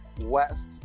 west